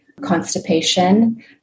constipation